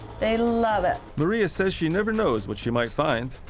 they love it. maria says she never knows what she might find.